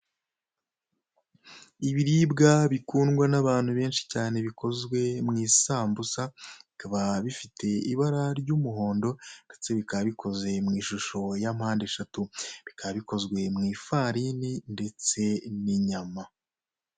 Ibiribwa bikundwa n'abantu benshi bikozwe mu isambuza bikaba bifite ibara ry'umuhondo ndetse bikaba bikoze mu ishusho ya mpande eshatu bikaba bikozwe mu ifarini ndetse n'inyama.